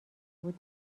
بود